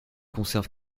conserve